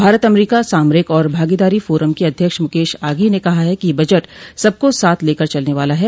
भारत अमरीका सामरिक और भागीदारी फोरम के अध्यक्ष मुकेश आघी ने कहा है कि यह बजट सबको साथ लेकर चलने वाला है